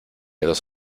dos